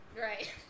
Right